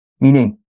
Meaning